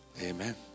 Amen